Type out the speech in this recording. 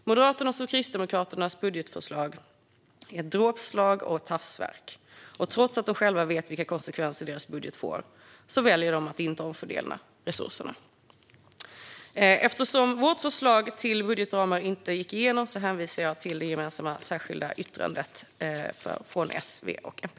Moderaternas och Kristdemokraternas budgetförslag är ett dråpslag och ett hafsverk. Och trots att de själva vet vilka konsekvenser deras budget får väljer de att inte omfördela resurserna. Eftersom vårt förslag till budgetramar inte gick igenom hänvisar jag till det gemensamma särskilda yttrandet från S, V och MP.